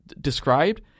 described